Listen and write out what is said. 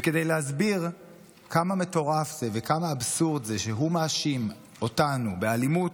וכדי להסביר כמה מטורף זה וכמה אבסורד זה שהוא מאשים אותנו באלימות,